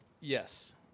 Yes